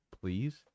please